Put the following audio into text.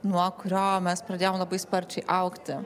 nuo kurio mes pradėjom labai sparčiai augti